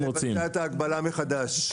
להפעיל את פסקת ההגבלה מחדש.